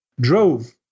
drove